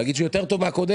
להגיד שהוא יותר טוב מהקודם.